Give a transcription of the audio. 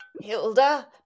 Hilda